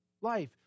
life